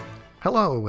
Hello